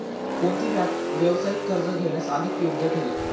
कोणती बँक व्यावसायिक कर्ज घेण्यास अधिक योग्य ठरेल?